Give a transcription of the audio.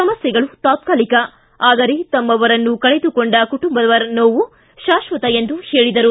ಸಮಸ್ಯೆಗಳು ತಾತ್ಕಾಲಿಕ ಆದರೆ ತಮ್ಮವರನ್ನು ಕಳೆದುಕೊಂಡ ಕುಟುಂಬದವರ ನೋವು ಶಾಶ್ವತ ಎಂದು ಹೇಳಿದರು